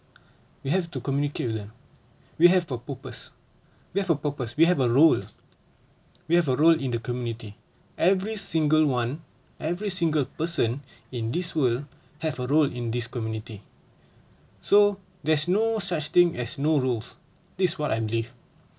we have to communicate with them we have a purpose we have a purpose we have a role we have a role in the community every single one every single person in this world have a role in this community so there's no such thing as new rules this what I believe